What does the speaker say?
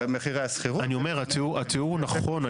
נכון,